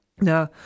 Now